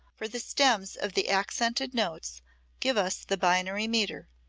for the stems of the accented notes give us the binary metre.